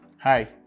Hi